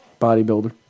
Bodybuilder